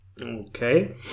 Okay